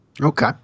Okay